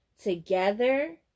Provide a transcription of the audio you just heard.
together